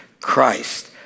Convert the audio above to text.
Christ